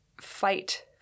fight